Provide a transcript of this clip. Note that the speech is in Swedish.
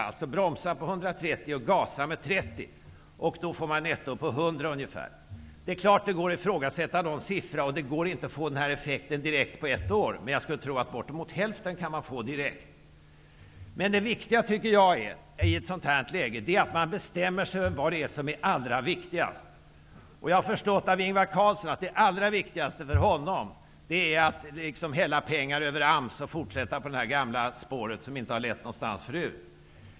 Om man bromsar med 130 och gasar med 30 får man ett netto på ungefär 100. Det är klart att det går att ifrågasätta någon siffra och att effekten inte kommer direkt på ett år, men bortemot hälften tror jag att man kan få direkt. Det viktiga i ett sådant här läge är att man bestämmer sig för vad som är allra viktigast. Jag har förstått av Ingvar Carlsson att det allra viktigaste för honom är att hälla pengar över AMS och fortsätta på det gamla spåret, som inte har lett någonstans förut.